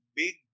big